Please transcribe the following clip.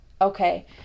Okay